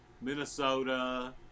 Minnesota